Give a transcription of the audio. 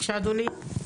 בבקשה, אדוני.